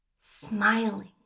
smiling